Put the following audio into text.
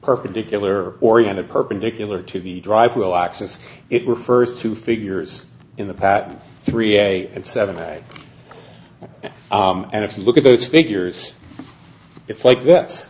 perpendicular oriented perpendicular to the dr will access it refers to figures in the pattern three a and seven ad and if you look at those figures it's like that